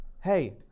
hey